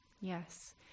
Yes